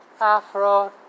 Afro